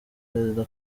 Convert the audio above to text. perezida